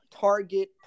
target